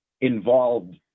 involved